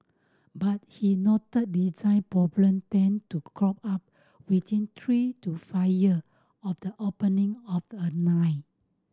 but he noted design problem tend to crop up within three to five year of the opening of a line